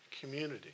community